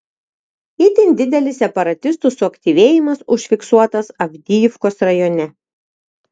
itin didelis separatistų suaktyvėjimas užfiksuotas avdijivkos rajone